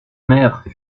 mère